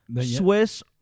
Swiss